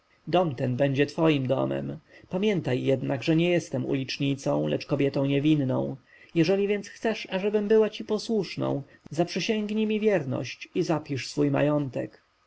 dom ten będzie twoim domem pamiętaj jednak że nie jestem ulicznicą lecz kobietą niewinną jeżeli więc chcesz ażebym ci była posłuszną zaprzysięgnij mi wierność i zapisz swój majątek